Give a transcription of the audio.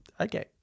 okay